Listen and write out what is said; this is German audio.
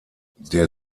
der